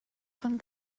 von